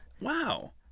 Wow